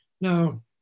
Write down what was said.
Now